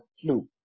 clue